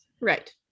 Right